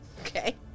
Okay